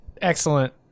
Excellent